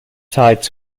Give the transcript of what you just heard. tied